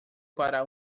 para